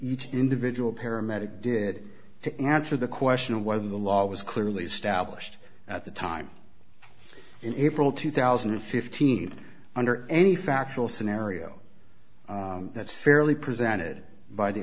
each individual paramedic did to answer the question of whether the law was clearly established at the time in april two thousand and fifteen under any factual scenario that's fairly presented b